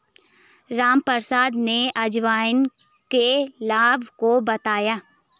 रामप्रसाद ने अजवाइन के लाभ को बताया